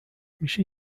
میشه